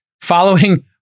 Following